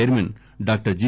chairman doctor G